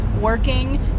working